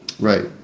Right